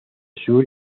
sur